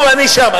אני שם,